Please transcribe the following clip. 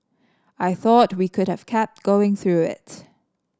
I thought we could have kept going through it